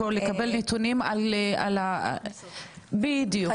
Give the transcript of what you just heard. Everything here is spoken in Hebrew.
חשוב רק לציין שהזכותונים הם לא רק באנגלית,